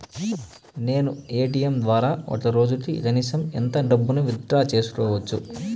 నేను ఎ.టి.ఎం ద్వారా ఒక రోజుకి కనీసం ఎంత డబ్బును విత్ డ్రా సేసుకోవచ్చు?